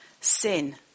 sin